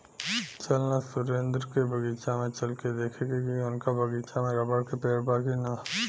चल ना सुरेंद्र के बगीचा में चल के देखेके की उनका बगीचा में रबड़ के पेड़ बा की ना